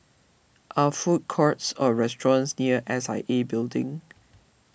are food courts or restaurants near S I A Building